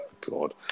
God